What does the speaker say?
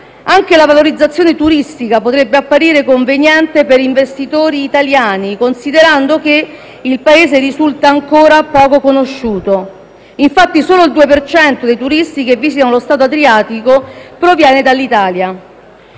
Anche la valorizzazione turistica potrebbe apparire conveniente per gli investitori italiani, considerando che il Paese risulta ancora poco conosciuto. Infatti, solo il 2 per cento dei turisti che visitano lo Stato adriatico proviene dall'Italia.